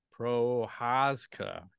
Prohaska